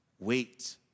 Wait